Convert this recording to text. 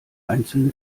einzelne